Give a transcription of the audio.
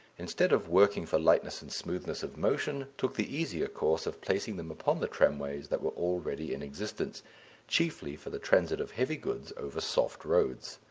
instead of working for lightness and smoothness of motion, took the easier course of placing them upon the tramways that were already in existence chiefly for the transit of heavy goods over soft roads.